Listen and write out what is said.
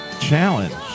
Challenge